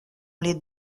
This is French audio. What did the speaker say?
les